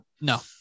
No